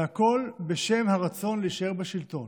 והכול בשם הרצון להישאר בשלטון,